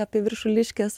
apie viršuliškes